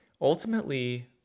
Ultimately